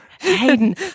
Hayden